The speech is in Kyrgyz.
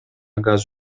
газ